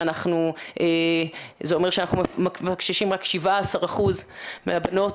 זה אומר שאנחנו מפקששים רק 17% מהבנות,